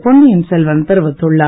பொன்னியின் செல்வன் தெரிவித்துள்ளார்